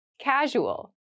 Casual